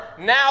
now